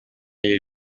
lil